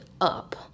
up